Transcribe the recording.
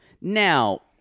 Now